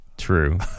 true